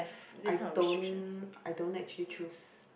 I don't I don't actually choose